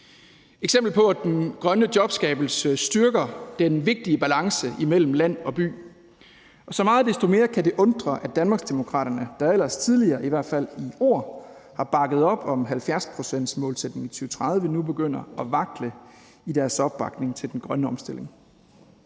eksempler på, at den grønne jobskabelse styrker den vigtige balance imellem land og by. Så meget desto mere kan det undre, at Danmarksdemokraterne, der ellers tidligere i hvert fald i ord har bakket op om 70-procentsmålsætningen i 2030, nu begynder at vakle i deres opbakning til den grønne omstilling.